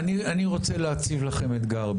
אני רוצה להציב לכם אתגר,